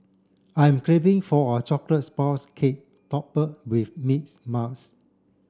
I'm craving for a chocolates sponge cake with mints